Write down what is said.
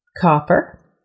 copper